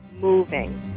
Moving